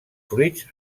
fruits